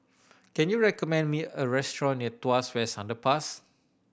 can you recommend me a restaurant near Tuas West Underpass